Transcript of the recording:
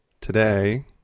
today